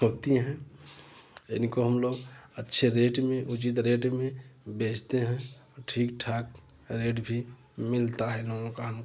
होती हैं इनको हम लोग अच्छे रेट में उचित रेट में बेचते हैं ठीक ठाक रेट भी मिलता है दोनों का हमको